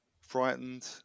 frightened